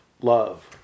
love